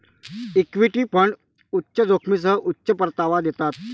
equity fund उच्च जोखमीसह उच्च परतावा देतात